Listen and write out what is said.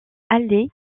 alais